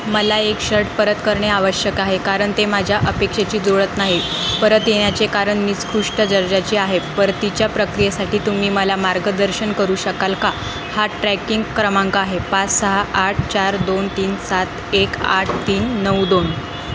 मला एक शर्ट परत करणे आवश्यक आहे कारण ते माझ्या अपेक्षेशी जुळत नाही परत येण्याचे कारण निकृष्ट दर्जाची आहे परतीच्या प्रक्रियेसाठी तुम्ही मला मार्गदर्शन करू शकाल का हा ट्रॅकिंग क्रमांक आहे पाच सहा आठ चार दोन तीन सात एक आठ तीन नऊ दोन